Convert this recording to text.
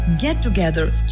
get-together